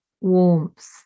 warmth